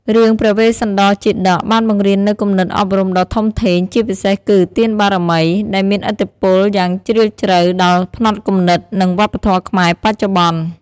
រឿងព្រះវេស្សន្តរជាតកបានបង្រៀននូវគំនិតអប់រំដ៏ធំធេង ជាពិសេសគឺ ទានបារមី ដែលមានឥទ្ធិពលយ៉ាងជ្រាលជ្រៅដល់ផ្នត់គំនិត និងវប្បធម៌ខ្មែរបច្ចុប្បន្ន។